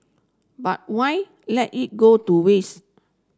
but why let it go to waste